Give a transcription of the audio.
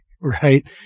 Right